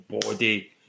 body